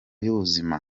y’ubuzima